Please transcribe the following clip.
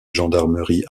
gendarmerie